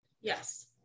Yes